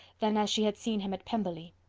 than as she had seen him at pemberley.